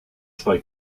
zwei